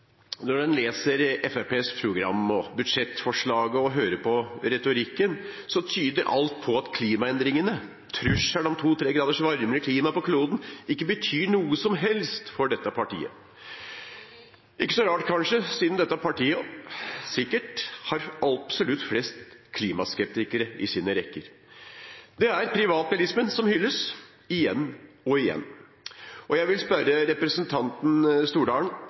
Når en leser Fremskrittspartiets program og budsjettforslaget og hører på retorikken, tyder alt på at klimaendringene og trusselen om et to–tre grader varmere klima på kloden ikke betyr noe som helst for dette partiet. Det er ikke så rart kanskje, siden dette partiet sikkert har absolutt flest klimaskeptikere i sine rekker. Det er privatbilismen som hylles – igjen og igjen. Jeg vil spørre representanten Stordalen